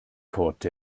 court